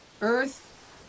earth